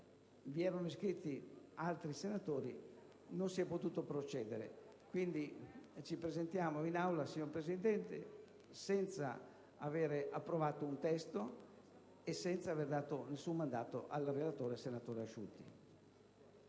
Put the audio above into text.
Vi erano iscritti altri senatori, ma non si è potuto procedere in tal senso. Quindi, ci presentiamo in Aula, signor Presidente, senza aver approvato un testo e senza aver dato nessun mandato al relatore, senatore Asciutti.